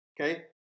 okay